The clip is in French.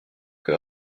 que